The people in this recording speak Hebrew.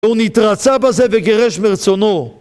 הוא נתרצה בזה וגירש מרצונו